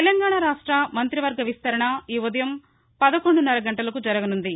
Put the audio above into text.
తెలంగాణ రాష్ట మంత్రివర్గ విస్తరణ ఈ ఉదయం పదకొండున్నర గంటలకు జరగనుంది